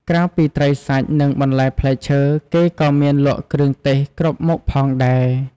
ក្រៅពីត្រីសាច់និងបន្លែផ្លែឈើ គេក៏មានលក់គ្រឿងទេសគ្រប់មុខផងដែរ។